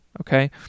Okay